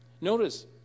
Notice